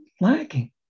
lacking